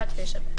רק 9(ב).